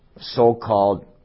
so-called